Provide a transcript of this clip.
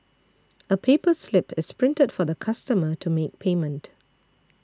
a paper slip is printed for the customer to make payment